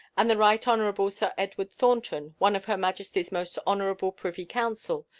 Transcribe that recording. and the right hon. sir edward thornton, one of her majesty's most honorable privy council,